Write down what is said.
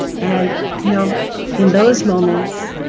and you know in those moments,